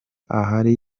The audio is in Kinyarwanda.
ahari